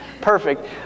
perfect